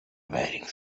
wearing